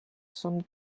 some